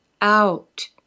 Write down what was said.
out